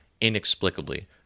inexplicably